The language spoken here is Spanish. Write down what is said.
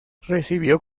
recibió